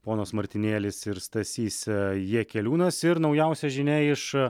ponas martinėlis ir stasys jakeliūnas ir naujausia žinia iš